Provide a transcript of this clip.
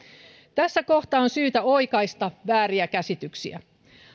tässä kohtaa on syytä oikaista vääriä käsityksiä